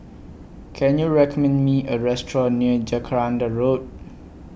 Can YOU recommend Me A Restaurant near Jacaranda Road